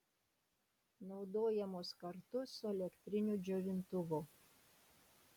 naudojamos kartu su elektriniu džiovintuvu